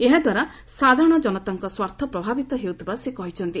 ଏହାଦ୍ୱାରା ସାଧାରଣ ଜନତାଙ୍କ ସ୍ୱାର୍ଥ ପ୍ରଭାବିତ ହେଉଥିବା ସେ କହିଛନ୍ତି